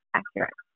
accurate